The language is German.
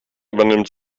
übernimmt